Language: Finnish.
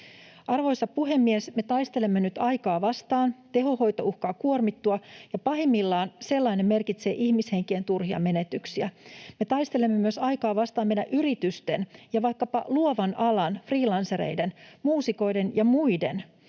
Arvoisa puhemies! Me taistelemme nyt aikaa vastaan. Tehohoito uhkaa kuormittua, ja pahimmillaan sellainen merkitsee ihmishenkien turhia menetyksiä. Me taistelemme myös aikaa vastaan meidän yritystemme ja vaikkapa luovan alan — freelancereiden, muusikoiden ja muiden